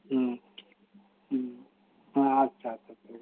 ᱦᱮᱸ ᱟᱪᱪᱷᱟ ᱟᱪᱪᱷᱟ